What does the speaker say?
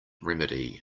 remedy